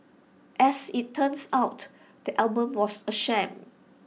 as IT turns out the album was A sham